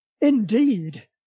Indeed